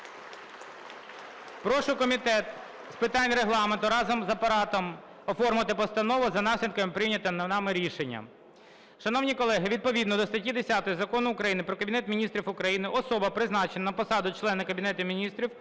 Прошу Комітет з питань Регламенту разом з Апаратом оформити постанову за наслідками прийнятого нами рішення. Шановні колеги, відповідно до статті 10 Закону України "Про Кабінет Міністрів України" особа, призначена на посаду члена Кабінету Міністрів у день